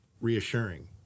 reassuring